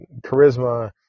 charisma